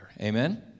Amen